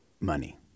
money